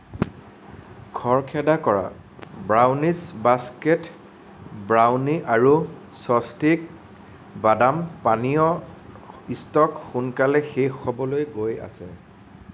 খৰখেদা কৰা brownies basket brownie আৰু স্বস্তিক বাদাম পানীয়ৰ ষ্টক সোনকালে শেষ হ'বলৈ গৈ আছে